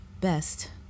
best